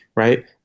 Right